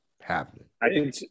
Happening